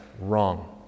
Wrong